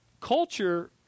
culture